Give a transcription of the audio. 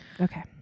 okay